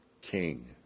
king